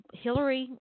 Hillary